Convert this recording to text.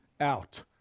out